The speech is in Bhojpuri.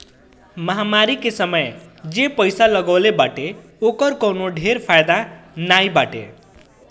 महामारी के समय जे पईसा लगवले बाटे ओकर कवनो ढेर फायदा नाइ बाटे